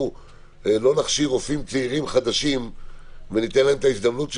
אם לא נכשיר רופאים צעירים חדשים וניתן להם את ההזדמנות שלהם,